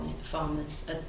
farmers